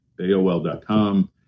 aol.com